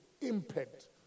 impact